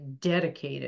dedicated